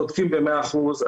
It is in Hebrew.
צודקים במאה אחוז,